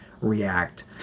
react